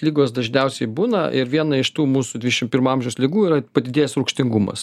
ligos dažniausiai būna ir viena iš tų mūsų dvidešim pirmo amžiaus ligų yra padidėjęs rūgštingumas